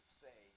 say